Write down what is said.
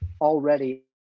Already